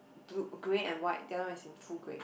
blue grey and white that one is in full grey